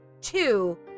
two